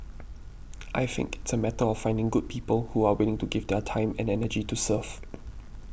I think it's a matter of finding good people who are willing to give their time and energy to serve